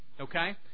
Okay